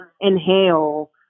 inhale